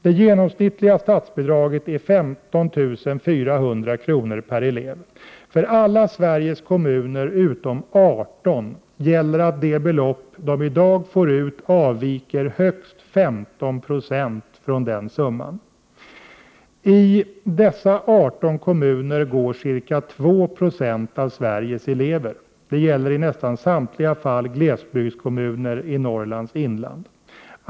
Det genomsnittliga statsbidraget är 15 400 kr. per elev. För alla Sveriges kommuner, utom 18, gäller att det belopp de i dag får ut avviker högst 15 96 från den summan. I dessa 18 kommuner bor ca 2 Yo av Sveriges elever — i nästan samtliga fall rör det sig om glesbygdskommuner i Norrlands inland.